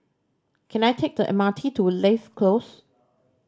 can I take the M R T to Leigh Close